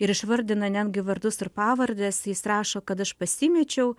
ir išvardina netgi vardus ir pavardes jis rašo kad aš pasimečiau